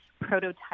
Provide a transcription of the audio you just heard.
prototype